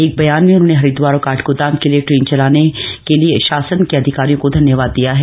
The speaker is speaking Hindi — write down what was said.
एक बयान में उन्होंने हरिदवार और काठगोदाम के लिए ट्रेन चलाने क लिए शासन के अधिकारियों को धन्यवाद दिया है